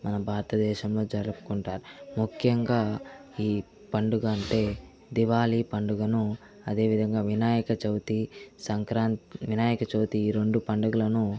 మన భారతదేశంలో జరుపుకుంటారు ముఖ్యంగా ఈ పండుగ అంటే దివాళీ పండుగను అదేవిధంగా వినాయకచవితి సంక్రాంతి వినాయకచవితి ఈ రెండు పండగలను